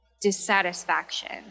dissatisfaction